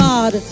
God